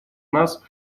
нас